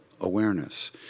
awareness